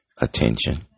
Attention